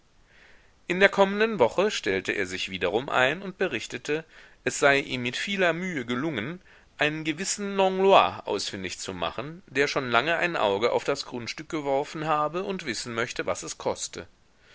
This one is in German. in der kommenden woche stellte er sich wiederum ein und berichtete es sei ihm mit vieler mühe gelungen einen gewissen langlois ausfindig zu machen der schon lange ein auge auf das grundstück geworfen habe und wissen möchte was es koste